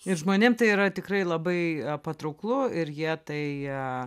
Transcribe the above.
ir žmonėm tai yra tikrai labai patrauklu ir jie tai jie